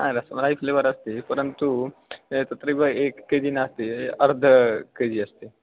हा रस्मलाय् फ्लेवर् अस्ति परन्तु ए तत्रैव एक के जि नास्ति अर्धं के जि अस्ति